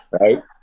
right